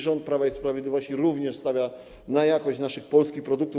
Rząd Prawa i Sprawiedliwości również stawia na jakość naszych polskich produktów.